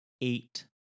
eight